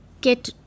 get